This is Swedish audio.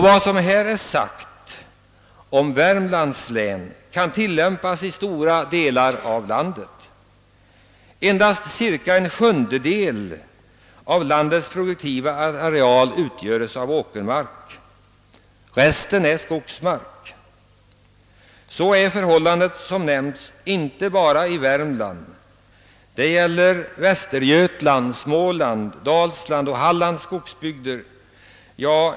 Vad som här är sagt om Värmlands län kan tillämpas i stora delar av landet. Endast cirka en sjundedel av landets produktiva areal utgörs av åkermark; resten är skogsmark. Som nämnts gäller detta inte bara i Värmlands län — det gäller Västergötland, Småland, Dalsland och Hallands skogsbygder.